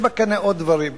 יש בקנה עוד דברים,